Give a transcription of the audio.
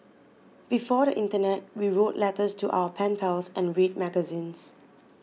before the internet we wrote letters to our pen pals and read magazines